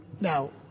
Now